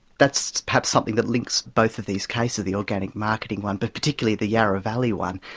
that's perhaps something that links both of these cases, the organic marketing one, but particularly the yarra valley one.